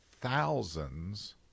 thousands